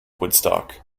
woodstock